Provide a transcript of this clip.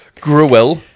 gruel